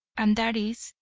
and that is,